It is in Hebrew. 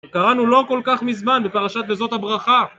קראנו לא כל כך מזמן בפרשת וזאת הברכה